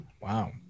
Wow